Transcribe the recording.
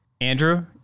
Andrew